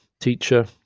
teacher